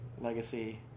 Legacy